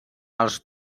els